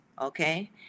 okay